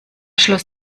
schloss